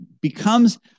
becomes